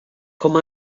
com